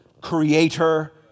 creator